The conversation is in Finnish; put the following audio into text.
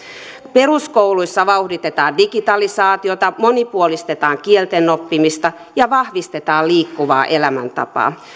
peruskouluissa vauhditetaan digitalisaatiota monipuolistetaan kielten oppimista ja vahvistetaan liikkuvaa elämäntapaa